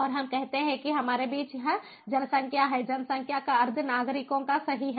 और हम कहते हैं कि हमारे बीच यह जनसंख्या है जनसंख्या का अर्थ नागरिकों का सही है